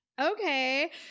okay